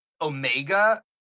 omega